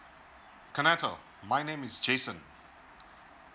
kaneto my name is jason